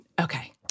Okay